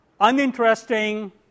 uninteresting